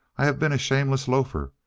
i have been a shameless loafer.